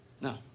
No